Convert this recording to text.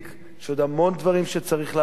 יש עוד המון דברים שצריך לעשות,